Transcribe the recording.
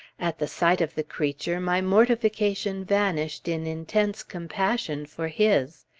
at the sight of the creature, my mortification vanished in intense compassion for his.